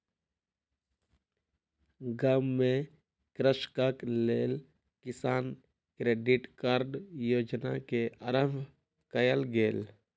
गाम में कृषकक लेल किसान क्रेडिट कार्ड योजना के आरम्भ कयल गेल